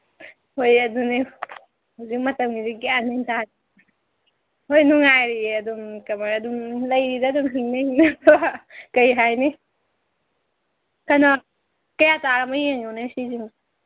ꯍꯣꯏ ꯑꯗꯨꯅꯤ ꯍꯧꯖꯤꯛ ꯃꯇꯝꯁꯤꯗꯤ ꯒ꯭ꯌꯥꯟ ꯃꯦꯟ ꯇꯥꯗꯦ ꯍꯣꯏ ꯅꯨꯡꯉꯥꯏꯔꯤꯌꯦ ꯑꯗꯨꯝ ꯑꯗꯨꯝ ꯂꯩꯔꯤꯗ ꯑꯗꯨꯝ ꯍꯤꯡꯅ ꯍꯤꯡꯅꯕ ꯀꯩ ꯍꯥꯏꯅꯤ ꯀꯩꯅꯣ ꯀꯌꯥ ꯇꯥꯔꯕꯅꯣ ꯌꯦꯡꯉꯨꯅꯦ